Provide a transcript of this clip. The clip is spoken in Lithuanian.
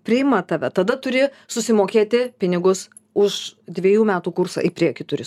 priima tave tada turi susimokėti pinigus už dviejų metų kursą į priekį turi